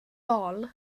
bol